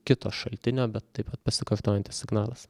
kito šaltinio bet taip pat pasikartojantis signalas